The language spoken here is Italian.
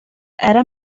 era